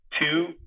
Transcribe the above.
Two